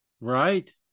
Right